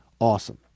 awesome